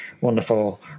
wonderful